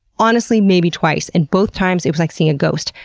honestly, maybe twice. and both times it was like seeing a ghost.